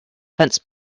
fence